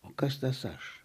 o kas tas aš